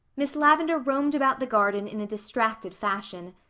miss lavendar roamed about the garden in a distracted fashion.